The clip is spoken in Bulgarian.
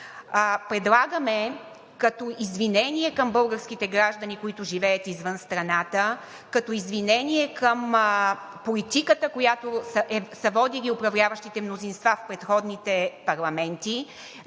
Предлагаме като извинение към българските граждани, които живеят извън страната, като извинение към политиката, която са водили управляващите мнозинства в предходните парламенти,